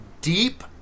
deep